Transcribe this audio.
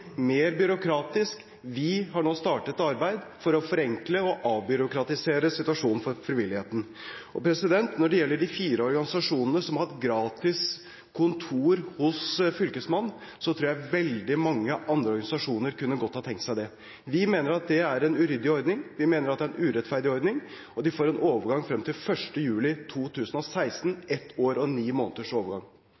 mer byråkratisk. Vi har nå startet et arbeid for å forenkle og avbyråkratisere situasjonen for frivilligheten. Når det gjelder de fire organisasjonene som har hatt gratis kontor hos Fylkesmannen, tror jeg veldig mange andre organisasjoner godt kunne ha tenkt seg det. Vi mener at det er en uryddig ordning, og vi mener at det er en urettferdig ordning. De får en overgang frem til 1. juli 2016,